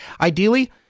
Ideally